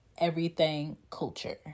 EverythingCulture